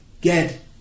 get